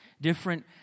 different